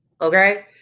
Okay